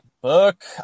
book